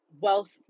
wealth